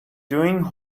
doing